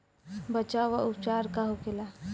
बचाव व उपचार का होखेला?